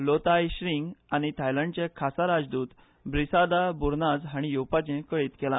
लोताय श्रींग आनी थायलंडचे खासा राजदूत ब्रिसादा बुनार्ज हांणी येवपाचें कळीत केला